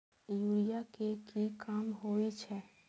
Urea के की काम होई छै?